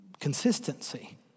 consistency